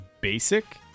basic